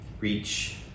reach